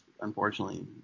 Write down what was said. unfortunately